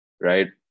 right